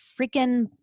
freaking